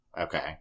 Okay